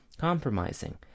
Compromising